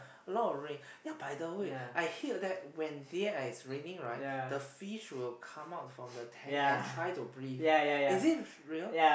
a lot of rain ya by the way I hear that when there is raining right the fish will come out from the tank and try to breathe is it real